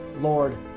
Lord